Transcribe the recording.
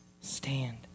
stand